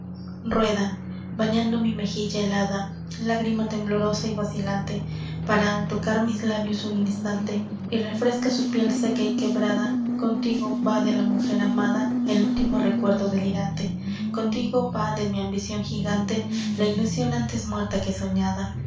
rueda bañando mi mejilla helada lágrima temblorosa y vacilante pára al tocar mis labios un instante y refresca su piel seca y quebrada contigo va de la mujer amada el último recuerdo delirante contigo va de mi ambicion gigante la ilusion ántes muerta que soñada